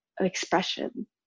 expression